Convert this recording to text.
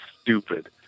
stupid